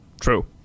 true